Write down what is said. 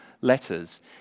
letters